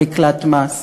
במקלט מס.